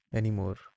anymore